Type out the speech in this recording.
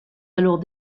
alors